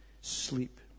sleep